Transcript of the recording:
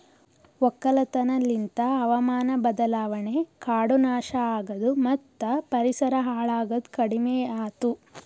ಒಕ್ಕಲತನ ಲಿಂತ್ ಹಾವಾಮಾನ ಬದಲಾವಣೆ, ಕಾಡು ನಾಶ ಆಗದು ಮತ್ತ ಪರಿಸರ ಹಾಳ್ ಆಗದ್ ಕಡಿಮಿಯಾತು